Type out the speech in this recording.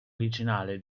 originale